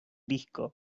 disco